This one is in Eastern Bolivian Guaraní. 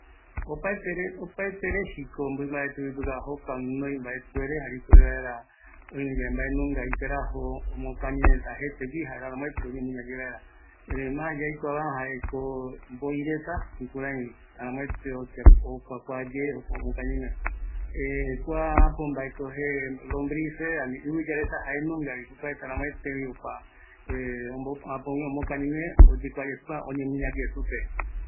Opaeteko kua reta guinoï oñemuña yee vaera, oime yave jete perajo omokañi, kua mbamɨmba reta, kuape yaikuava jarko mboi reta, aramoete okukuaye omokañigue, ɨvɨya reta jaenungavi,